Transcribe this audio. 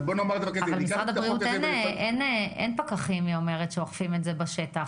אבל למשרד הבריאות אין פקחים שאוכפים את זה בשטח,